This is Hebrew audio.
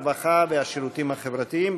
הרווחה והשירותים החברתיים.